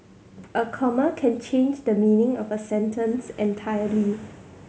a comma can change the meaning of a sentence entirely